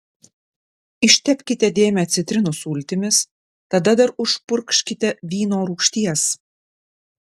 ištepkite dėmę citrinų sultimis tada dar užpurkškite vyno rūgšties